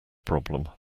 problem